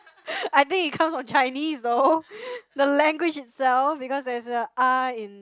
I think it comes from Chinese though the language itself because there's a ah in